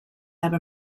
have